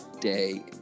day